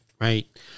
Right